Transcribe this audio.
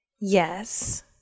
Yes